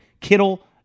Kittle